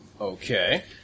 Okay